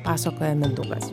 pasakoja mindaugas